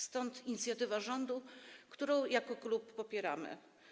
Stąd wynika inicjatywa rządu, którą jako klub popieramy.